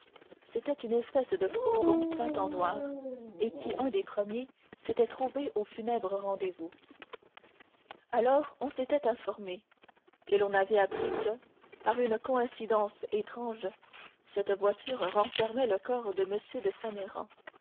c'était une espèce de fourgon peint en noir et qui un des premiers s'était trouvé au funèbre rendez-vous alors on s'était informé et l'on avait appris que par une coïncidence étrange cette voiture renfermait le corps de m de